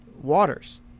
waters